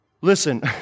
Listen